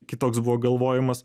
kitoks buvo galvojimas